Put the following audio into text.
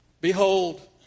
Behold